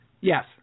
Yes